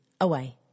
away